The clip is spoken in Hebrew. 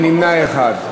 נמנע אחד.